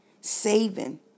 Saving